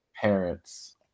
parents